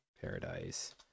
Paradise